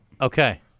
Okay